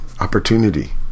opportunity